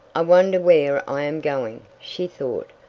i wonder where i am going? she thought.